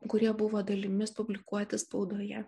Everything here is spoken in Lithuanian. kurie buvo dalimis publikuoti spaudoje